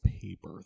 paper